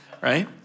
right